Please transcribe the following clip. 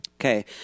Okay